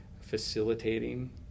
facilitating